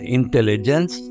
intelligence